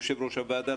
יושב-ראש הוועדה,